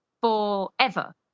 forever